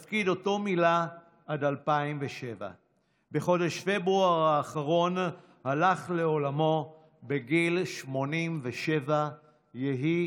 ומילא את התפקיד עד 2007. בחודש פברואר האחרון הלך לעולמו בגיל 87. יהי